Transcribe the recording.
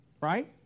right